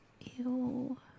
Ew